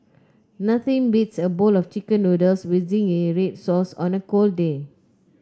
nothing beats a bowl of chicken noodles with zingy red sauce on a cold day